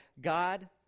God